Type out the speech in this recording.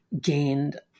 gained